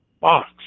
box